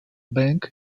bank